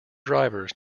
drivers